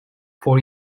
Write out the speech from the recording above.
four